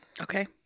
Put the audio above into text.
Okay